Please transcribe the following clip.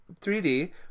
3D